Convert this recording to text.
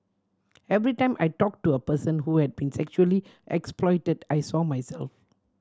every time I talked to a person who had been sexually exploited I saw myself